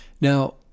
Now